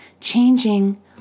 changing